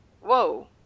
Whoa